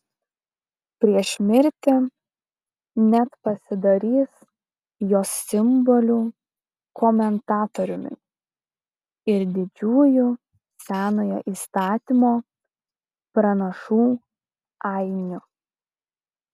prieš mirtį net pasidarys jos simbolių komentatoriumi ir didžiųjų senojo įstatymo pranašų ainiu